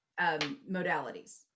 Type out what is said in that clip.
modalities